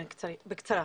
כן, בקצרה.